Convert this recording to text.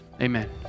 Amen